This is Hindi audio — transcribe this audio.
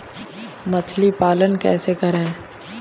मछली पालन कैसे करें?